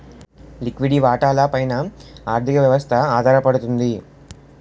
లిక్విడి వాటాల పైన ఆర్థిక వ్యవస్థ ఆధారపడుతుంది